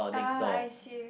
ah I see